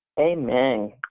Amen